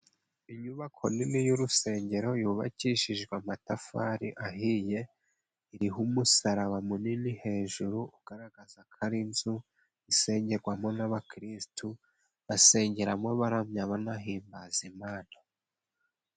Inyubako nini y'urusengero yubakishijwe amatafari ahiye, iriho umusaraba munini hejuru ugaragaza ko ari inzu isengerwamo n'abakrisitu basengeramo, baramya banahimbaza Imana.